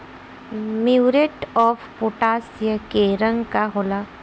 Muriate of potash के रंग का होला?